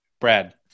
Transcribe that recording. Brad